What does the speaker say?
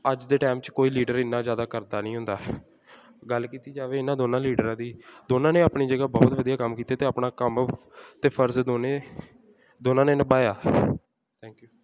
ਅੱਜ ਦੇ ਟਾਈਮ 'ਚ ਕੋਈ ਲੀਡਰ ਇੰਨਾਂ ਜ਼ਿਆਦਾ ਕਰਦਾ ਨਹੀਂ ਹੁੰਦਾ ਗੱਲ ਕੀਤੀ ਜਾਵੇ ਇਹਨਾਂ ਦੋਨਾਂ ਲੀਡਰਾਂ ਦੀ ਦੋਨਾਂ ਨੇ ਆਪਣੀ ਜਗ੍ਹਾ ਬਹੁਤ ਵਧੀਆ ਕੰਮ ਕੀਤੇ ਅਤੇ ਆਪਣਾ ਕੰਮ ਅਤੇ ਫਰਜ਼ ਦੋਨੇ ਦੋਨਾਂ ਨੇ ਨਿਭਾਇਆ ਥੈਂਕ ਯੂ